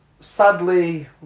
sadly